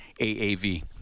AAV